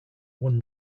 won